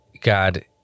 God